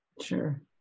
Sure